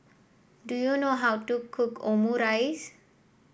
do you know how to cook Omurice